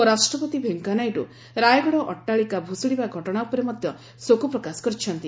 ଉପରାଷ୍ଟ୍ରପତି ଭେଙ୍କିୟାନାଇଡୁ ରାୟଗଡ଼ ଅଟ୍ଟାଳିକା ଭୁଶୁଡ଼ିବା ଘଟଣା ଉପରେ ମଧ୍ୟ ଶୋକ ପ୍ରକାଶ କରିଛନ୍ତି